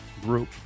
group